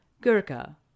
Gurka